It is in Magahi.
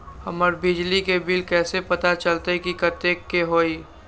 हमर बिजली के बिल कैसे पता चलतै की कतेइक के होई?